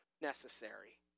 necessary